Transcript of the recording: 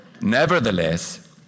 Nevertheless